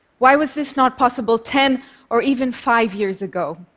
why was this not possible ten or even five years ago?